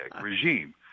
regime